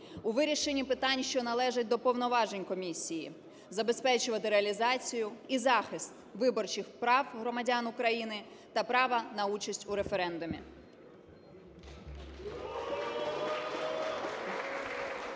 у вирішенні питань, що належать до повноважень комісії, забезпечувати реалізацію і захист виборчих прав громадян і права на участь у референдумі. (Оплески)